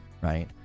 right